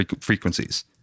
frequencies